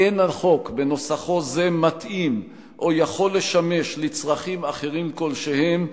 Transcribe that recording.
אין החוק בנוסחו זה מתאים או יכול לשמש לצרכים אחרים כלשהם,